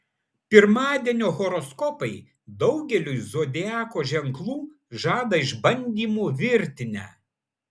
pirmadienio horoskopai daugeliui zodiako ženklų žada išbandymų virtinę